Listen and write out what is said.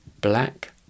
Black